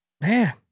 Man